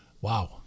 wow